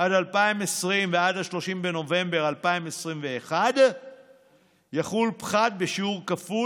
2020 ל-30 בנובמבר 2021 יחול פחת בשיעור כפול